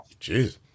Jeez